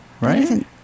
Right